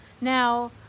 Now